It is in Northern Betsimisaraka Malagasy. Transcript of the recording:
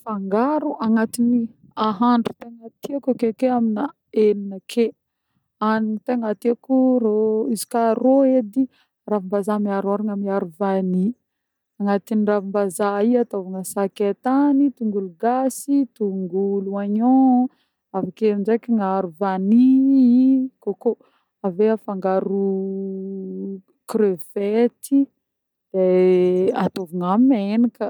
Fangaro agnatiny ahandro tegna tieko akeke amina enigna ake. Hanigny tegna tieko rô izy koà rô edy: ravimbazaha miaro ôragna miaro vanihy; agnaty ravimbazaha io atôvina saketany, tongolo gasy, tongolo oignon avy ake ndreky igny aharo vanihy coco avy eo afangaro crevette de atôvina menaka.